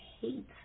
hate